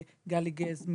גלי גז,